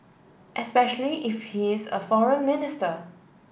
especially if he is a foreign minister